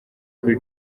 kuri